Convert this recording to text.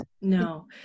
No